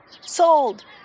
sold